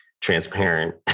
transparent